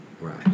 Right